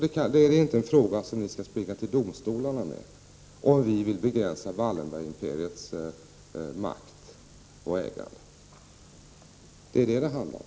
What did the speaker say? Det är inte en fråga som ni skall springa till domstolarna med, om vi vill begränsa Wallenbergimperiets makt och ägande. Det är detta det handlar om.